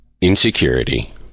Insecurity